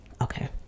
Okay